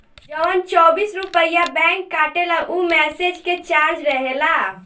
जवन चौबीस रुपइया बैंक काटेला ऊ मैसेज के चार्ज रहेला